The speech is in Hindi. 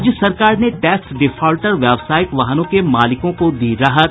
राज्य सरकार ने टैक्स डिफाल्टर व्यावसायिक वाहनों के मालिकों को दी राहत